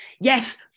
Yes